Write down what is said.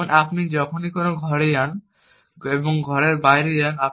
যেমন আপনি যখনই কোনও ঘরে যান এবং ঘরের বাইরে যান